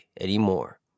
anymore